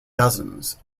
dozens